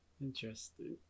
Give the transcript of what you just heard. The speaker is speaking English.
Interesting